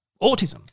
autism